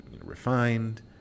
refined